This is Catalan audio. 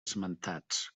esmentats